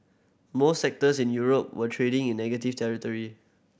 most sectors in Europe were trading in negative territory